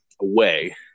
away